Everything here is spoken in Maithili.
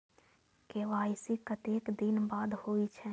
के.वाई.सी कतेक दिन बाद होई छै?